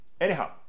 Anyhow